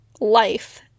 life